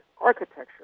architecture